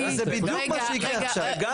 וזה בדיוק מה שיקרה עכשיו.